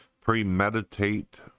premeditate